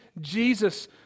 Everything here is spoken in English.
Jesus